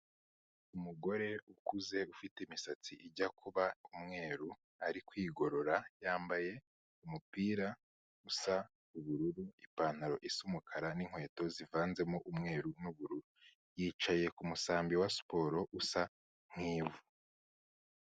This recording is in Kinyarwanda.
Umugore ukuze ufite imisatsi ijya kuba umweru, ari kwigorora yambaye umupira usa ubururu, ipantaro isa umukara n'inkweto zivanzemo umweru n'ubururu, yicaye kumusambi wa siporo usa nk'ivu.